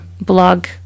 blog